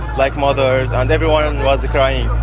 like mothers, and everyone was crying.